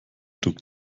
druck